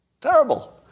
Terrible